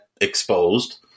exposed